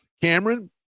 Cameron